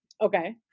Okay